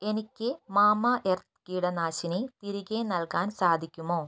എനിക്ക് മാമ എർത്ത് കീടനാശിനി തിരികെ നൽകാൻ സാധിക്കുമോ